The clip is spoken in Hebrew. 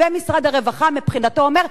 ומשרד הרווחה מבחינתו אומר,